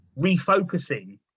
refocusing